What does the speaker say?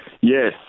Yes